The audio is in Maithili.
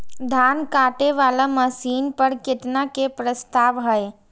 धान काटे वाला मशीन पर केतना के प्रस्ताव हय?